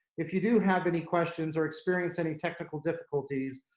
if you do have any questions or experience any technical difficulties,